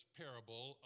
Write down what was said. parable